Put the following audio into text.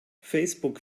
facebook